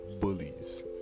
bullies